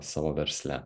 savo versle